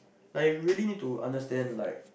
like you really need to understand like